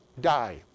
die